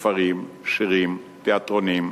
ספרים, שירים, תיאטרונים,